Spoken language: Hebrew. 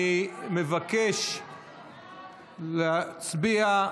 אני מבקש להצביע.